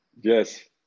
Yes